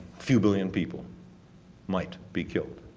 few billion people might be killed.